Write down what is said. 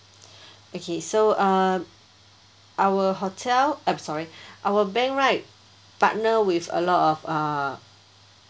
okay so um our hotel !oops! sorry our bank right partner with a lot of uh